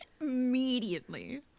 immediately